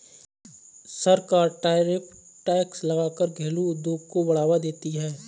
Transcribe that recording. सरकार tariff tax लगा कर घरेलु उद्योग को बढ़ावा देती है